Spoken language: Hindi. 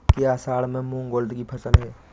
क्या असड़ में मूंग उर्द कि फसल है?